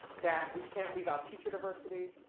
that we can't leave out teacher diversity,